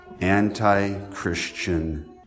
anti-Christian